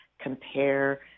compare